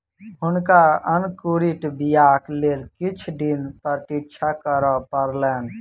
हुनका अंकुरित बीयाक लेल किछ दिन प्रतीक्षा करअ पड़लैन